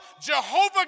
Jehovah